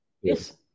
Yes